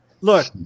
look